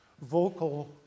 vocal